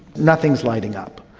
nothing is lighting up.